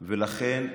ולכן,